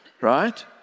right